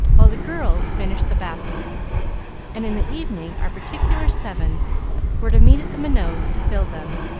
while the girls finished the baskets and in the evening our particular seven were to meet at the minots to fill them,